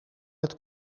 het